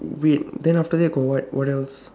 wait then after that got what what else